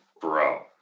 bro